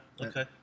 Okay